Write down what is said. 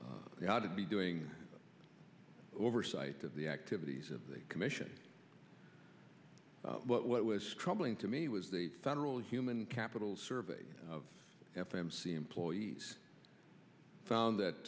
chairman they ought to be doing oversight of the activities of the commission but what was troubling to me was the federal human capital survey of f m c employees found that